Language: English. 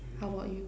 how about you